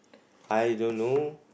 I don't know